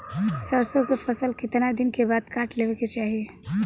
सरसो के फसल कितना दिन के बाद काट लेवे के चाही?